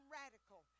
radical